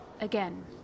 again